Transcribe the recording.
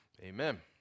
Amen